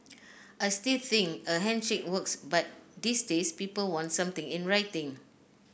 I still think a handshake works but these days people want something in writing